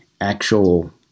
actual